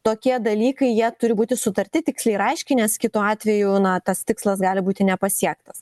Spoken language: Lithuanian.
tokie dalykai jie turi būti sutarti tiksliai ir aiškiai nes kitu atveju na tas tikslas gali būti nepasiektas